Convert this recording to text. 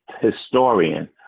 historian